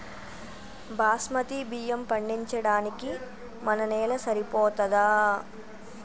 బాస్మతి బియ్యం పండించడానికి మన నేల సరిపోతదా?